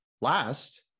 last